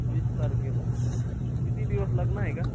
वीस तारखेला किती दिवस लग्न आहे का